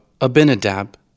Abinadab